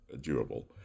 durable